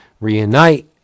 reunite